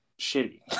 shitty